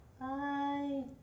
Bye